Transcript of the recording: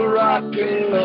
rocking